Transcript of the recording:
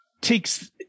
takes